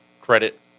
credit